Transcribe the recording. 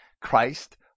Christ